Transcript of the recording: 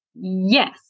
Yes